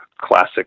classic